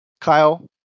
Kyle